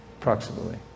approximately